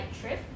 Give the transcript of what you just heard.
trip